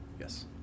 Yes